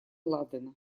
ладена